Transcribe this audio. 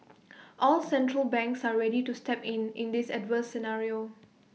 all central banks are ready to step in in this adverse scenario